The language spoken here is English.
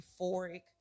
euphoric